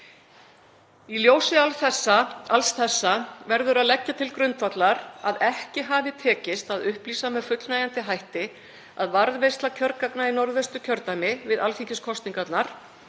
Í ljósi alls þessa verður að leggja til grundvallar að ekki hafi tekist að upplýsa með fullnægjandi hætti að varðveisla kjörgagna í Norðvesturkjördæmi við alþingiskosningarnar